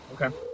Okay